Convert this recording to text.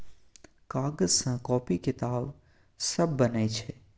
कागज सँ कांपी किताब सब बनै छै